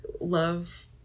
love